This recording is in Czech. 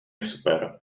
super